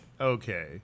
Okay